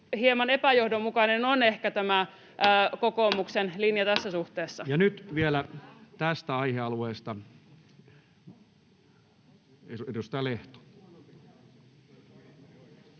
hieman epäjohdonmukainen on ehkä tämä kokoomuksen linja tässä suhteessa. Nyt vielä tästä aihealueesta edustaja Lehto. Arvoisa